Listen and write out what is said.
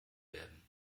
werden